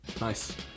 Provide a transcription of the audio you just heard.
Nice